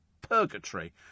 purgatory